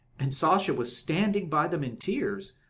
and sasha was standing by them in tears.